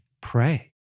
pray